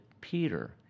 Peter